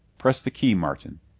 press the key, martin,